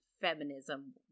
feminism